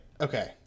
okay